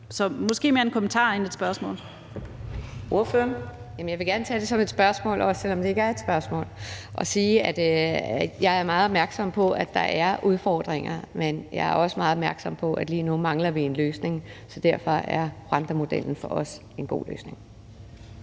var måske mere en kommentar end et spørgsmål.